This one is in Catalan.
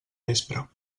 vespra